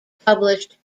published